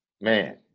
man